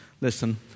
Listen